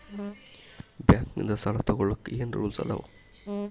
Bank ನಿಂದ್ ಸಾಲ ತೊಗೋಳಕ್ಕೆ ಏನ್ ರೂಲ್ಸ್ ಅದಾವ?